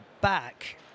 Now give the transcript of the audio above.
back